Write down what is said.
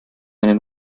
meine